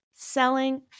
selling